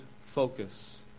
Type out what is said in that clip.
focus